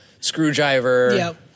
screwdriver